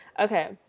Okay